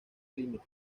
límite